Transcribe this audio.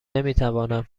نمیتوانم